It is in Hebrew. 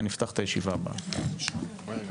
הישיבה ננעלה בשעה 11:03.